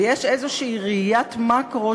ויש איזו ראיית מקרו,